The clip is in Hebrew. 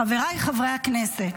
חבריי חברי הכנסת,